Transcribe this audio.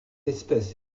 espèce